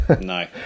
No